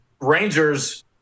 Rangers